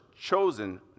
chosen